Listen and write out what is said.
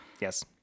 Yes